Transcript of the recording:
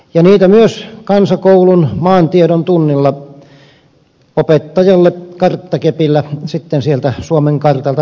niitä myös kansakoulun maantiedon tunnilla opettajalle karttakepillä sieltä suomen kartalta sitten näytettiin